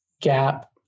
gap